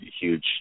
huge